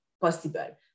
possible